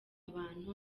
abantu